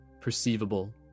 perceivable